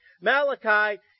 Malachi